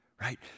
right